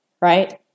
Right